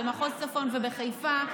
במחוז צפון ובחיפה,